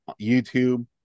YouTube